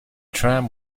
tram